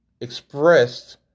expressed